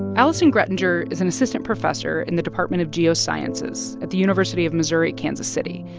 alison graettinger is an assistant professor in the department of geosciences at the university of missouri-kansas city.